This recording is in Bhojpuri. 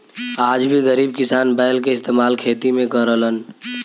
आज भी गरीब किसान बैल के इस्तेमाल खेती में करलन